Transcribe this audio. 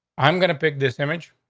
i'm gonna pick this image.